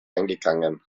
eingegangen